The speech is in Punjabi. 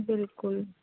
ਬਿਲਕੁਲ